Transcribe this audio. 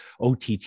OTT